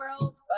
world